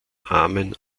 amen